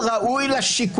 אתה עכשיו ראש הוועדה, זה הזיה.